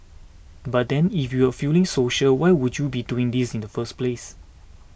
but then if you were feeling social why would you be doing this in the first place